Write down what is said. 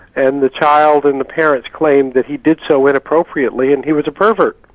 and the child and the parents claimed that he did so inappropriately and he was a pervert.